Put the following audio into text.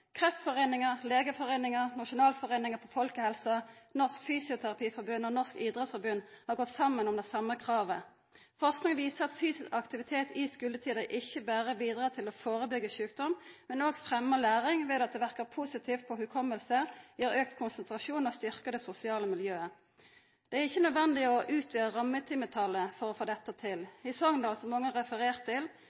Norsk Fysioterapeutforbund og Norges idrettsforbund har gått saman om det same kravet. Forsking viser at fysisk aktivitet i skuletida ikkje berre bidrar til å førebyggja sjukdom, men fremmar òg læring ved at det verkar positivt på minnet, gir auka konsentrasjon og styrker det sosiale miljøet. Det er ikkje nødvendig å utvida rammetimetalet for å få dette til. I Sogndal, som mange har referert til,